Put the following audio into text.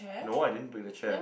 no I didn't break the chair